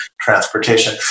transportation